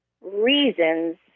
reasons